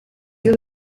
you